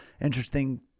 interesting